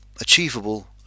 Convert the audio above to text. achievable